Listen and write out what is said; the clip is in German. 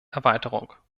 erweiterung